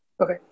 Okay